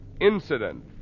Incident